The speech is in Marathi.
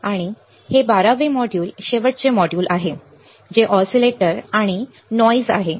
आणि हे 12 मॉड्यूल शेवटचे मॉड्यूल आहे जे ऑसिलेटर आणि नॉईज आवाज आहे